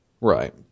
Right